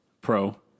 Pro